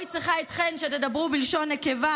או צריכה אתכן שתדברו בלשון נקבה,